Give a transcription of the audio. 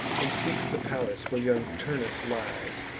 and seeks the palace where young turnus lies.